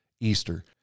Easter